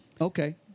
Okay